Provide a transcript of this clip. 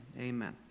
Amen